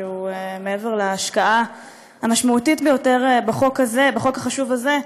שמעבר להשקעה המשמעותית ביותר בחוק החשוב הזה,